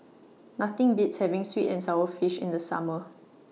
Nothing Beats having Sweet and Sour Fish in The Summer